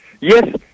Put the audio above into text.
Yes